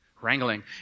wrangling